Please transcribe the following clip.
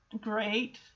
Great